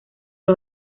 los